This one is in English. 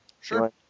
Sure